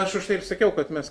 aš užtai ir sakiau kad mes